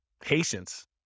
Patience